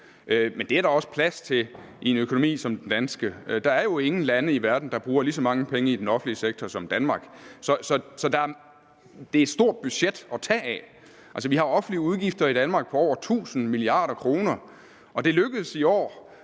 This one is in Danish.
Men det er der også plads til i en økonomi som den danske. Der er jo ingen lande i verden, der bruger lige så mange penge i den offentlige sektor som Danmark. Så der er et stort budget at tage af. Vi har offentlige udgifter i Danmark på over 1.000 mia. kr., og det lykkedes i år,